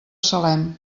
salem